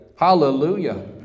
Hallelujah